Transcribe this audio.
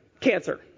cancer